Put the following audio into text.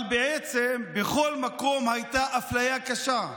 אבל בעצם בכל מקום הייתה אפליה קשה,